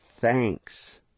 thanks